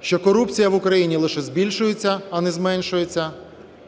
що корупція в Україні лише збільшується, а не зменшується,